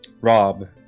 rob